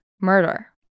murder